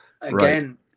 Again